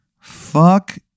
Fuck